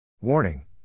Warning